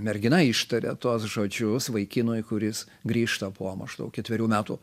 mergina ištarė tuos žodžius vaikinui kuris grįžta po maždaug ketverių metų